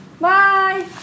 Bye